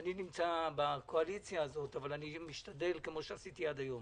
אני בקואליציה, אבל משתדל, כפי שעשיתי עד היום,